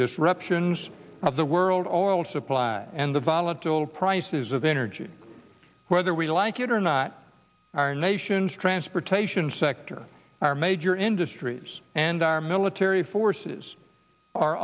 disruptions of the world oil supply and the volatile prices of energy whether we like it or not our nation's transportation sector our major industries and our military forces are